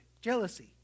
jealousy